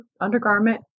undergarment